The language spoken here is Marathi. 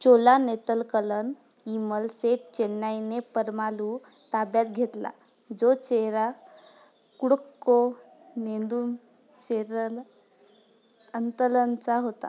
चोला नेतलकलन इमल सेट चेन्नईने परमालू ताब्यात घेतला जो चेहरा कुडक्को नेंदुम चेरल आंतलनचा होता